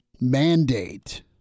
mandate –